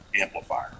amplifier